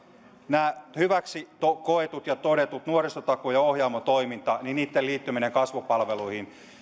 nämä hyväksi koetut ja todetut nuorisotakuu ja ohjaamo toiminta niitten liittyminen kasvupalveluihin ja